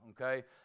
okay